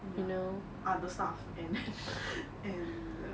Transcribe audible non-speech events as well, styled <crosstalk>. ya other stuff and <laughs> and the